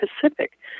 Pacific